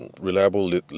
reliable